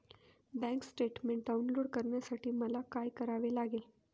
Bank statement download करण्यासाठी मला काय करावे लागेल?